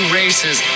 races